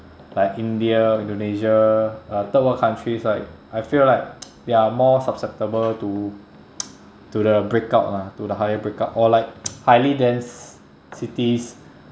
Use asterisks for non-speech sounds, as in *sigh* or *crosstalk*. like india indonesia like third world countries right I feel like *noise* they are more susceptible to *noise* to the breakout lah to the higher breakout or like *noise* highly densed cities